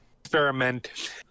experiment